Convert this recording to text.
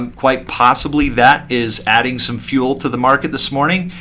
um quite possibly, that is adding some fuel to the market this morning.